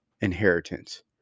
inheritance